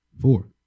four